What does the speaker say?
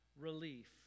relief